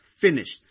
finished